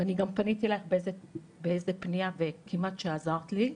ואני גם פניתי בפנייה וכמעט שעזרת לי.